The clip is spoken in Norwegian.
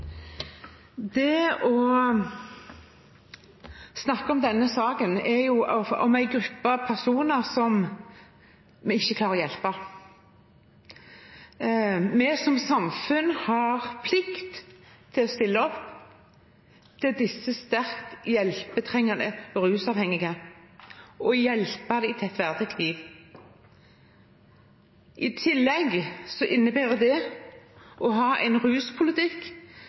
denne saken snakker vi om en gruppe personer som vi ikke klarer å hjelpe. Vi som samfunn har plikt til å stille opp for disse sterkt hjelpetrengende rusavhengige og hjelpe dem til et verdig liv. I tillegg innebærer det å ha en ruspolitikk